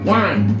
one